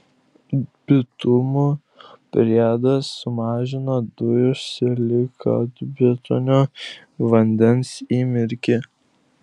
bitumo priedas sumažina dujų silikatbetonio vandens įmirkį